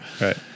Right